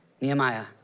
Nehemiah